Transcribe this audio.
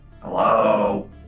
Hello